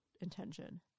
intention